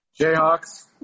Jayhawks